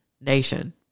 nation